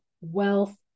wealth